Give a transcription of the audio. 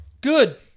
Good